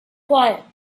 quiet